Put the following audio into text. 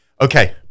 Okay